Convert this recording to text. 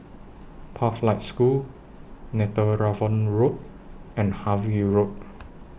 Pathlight School Netheravon Road and Harvey Road